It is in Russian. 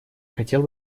хотел